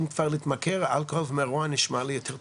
אם כבר להתמכר אלכוהול נשמע לי פחות